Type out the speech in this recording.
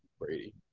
Brady